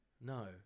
No